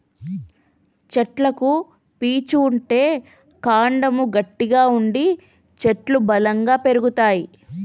చెట్లకు పీచు ఉంటే కాండము గట్టిగా ఉండి చెట్లు బలంగా పెరుగుతాయి